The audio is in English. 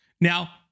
Now